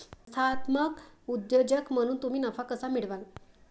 संस्थात्मक उद्योजक म्हणून तुम्ही नफा कसा मिळवाल?